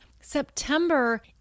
September